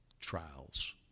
trials